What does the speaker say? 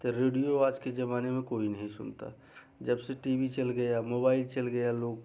फिर रेडियो आज के ज़माने में कोई नहीं सुनता जब से टी वी चल गया मोबाईल चल गया लोग